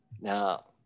Now